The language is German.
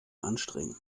anstrengen